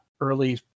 early